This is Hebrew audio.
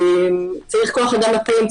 צריך כוח אדם מתאים.